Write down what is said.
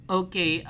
okay